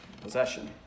Possession